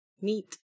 Neat